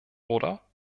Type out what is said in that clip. oder